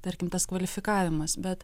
tarkim tas kvalifikavimas bet